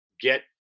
get